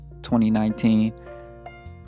2019